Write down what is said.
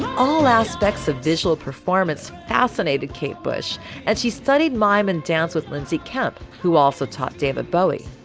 all aspects of visual performance fascinated kate bush and she studied mime and dance with lindsay kemp, who also taught david bowie.